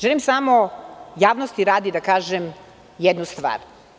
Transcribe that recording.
Želim samo, javnosti radi, da kažem jednu stvar.